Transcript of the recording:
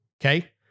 okay